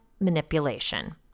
manipulation